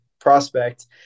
prospect